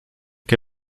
que